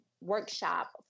workshop